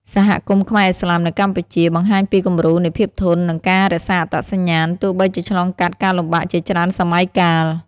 សហគមន៍ខ្មែរឥស្លាមនៅកម្ពុជា បង្ហាញពីគំរូនៃភាពធន់ និងការរក្សាអត្តសញ្ញាណ ទោះបីជាឆ្លងកាត់ការលំបាកជាច្រើនសម័យកាល។